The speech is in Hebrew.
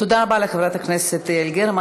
תודה רבה לחברת הכנסת יעל גרמן.